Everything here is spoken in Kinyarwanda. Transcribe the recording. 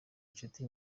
incuti